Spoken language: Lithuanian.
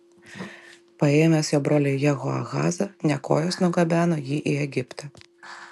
paėmęs jo brolį jehoahazą nekojas nugabeno jį į egiptą